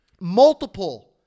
multiple